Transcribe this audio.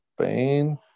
Spain